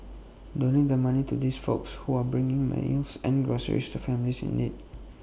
donate money to these folks who are bringing meals and groceries to families in need